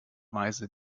weise